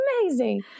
amazing